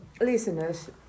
Listeners